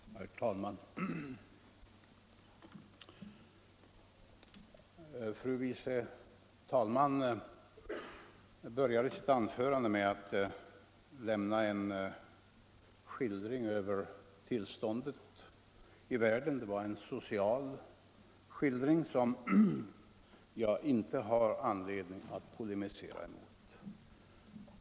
Herr talman! Fru tredje vice talmannen Nettelbrandt började sitt anförande med att ge en skildring av det sociala tillståndet i världen, en skildring som jag inte har anledning att polemisera mot.